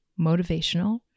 motivational